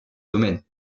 domaine